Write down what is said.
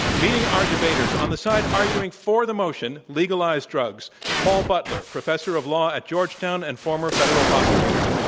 meeting our debaters, on the side arguing for the motion, legalize drugs, paul butler, professor of law at georgetown and former federal prosecutor.